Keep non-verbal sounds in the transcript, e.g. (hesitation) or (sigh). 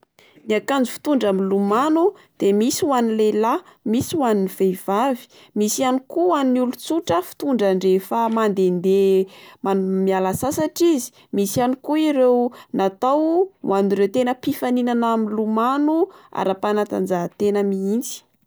Ny akanjo fitondra milomano de misy ho an'ny lehilahy misy ho an'ny vehivavy, misy ihany koa ho an'ny olon-tsotra fitondrany rehefa mandende (hesitation) mam- miala sasatra izy, misy ihany koa ireo natao ho an'ireo tena mpifaninana milomano ara-panatanjahatena mihitsy.